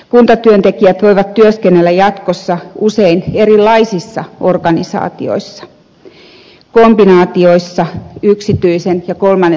kuntatyöntekijät voivat työskennellä jatkossa usein erilaisissa organisaatioissa kombinaatioissa yksityisen ja kolmannen sektorin kanssa